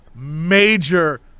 Major